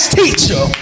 teacher